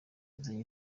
uzanye